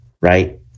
right